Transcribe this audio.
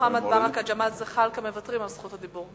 מוחמד ברכה וג'מאל זחאלקה מוותרים על זכות הדיבור,